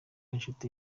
inshuti